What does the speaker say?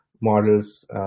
models